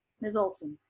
ms. olson?